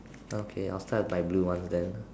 okay I'll start with my blue ones then